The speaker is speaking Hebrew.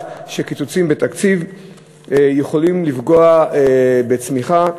שקיצוצים בתקציב יכולים לפגוע בצמיחה.